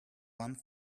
one